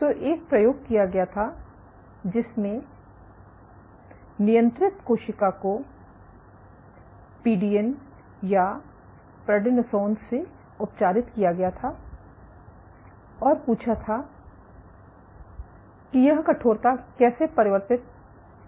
तो एक प्रयोग किया गया था जिसमें नियंत्रित कोशिका को पीडीएन या प्रेडनिसोन से उपचरित किया गया था और पूछा था पूछा कि यह कठोरता कैसे परिवर्तित होता है